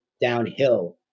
downhill